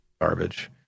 garbage